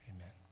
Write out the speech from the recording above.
Amen